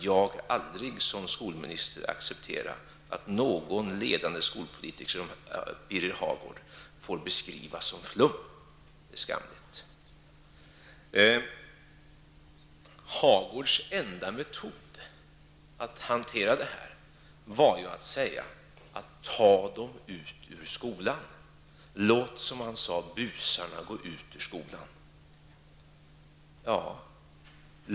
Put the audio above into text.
Som skolminister skall jag aldrig acceptera att någon ledande skolpolitiker som Birger Hagård får beskriva detta som flum. Det är skamligt. Birger Hagårds enda metod att hantera detta var ju att säga: Ta dessa elever ut ur skolan! Låt busarna gå ut ur skolan!